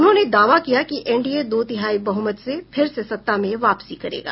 उन्होंने दावा किया कि एनडीए दो तिहाई बहुमत से फिर से सत्ता में वापसी करेगा